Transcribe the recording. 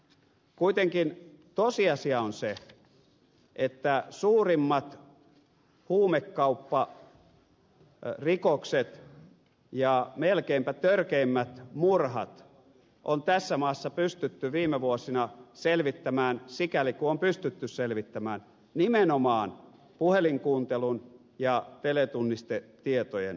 kuitenkin tosiasia on se että suurimmat huumekaupparikokset ja melkeinpä törkeimmät murhat on tässä maassa pystytty viime vuosina selvittämään sikäli kuin on pystytty selvittämään nimenomaan puhelinkuuntelun ja teletunnistetietojen avulla